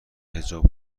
حجاب